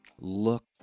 look